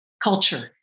culture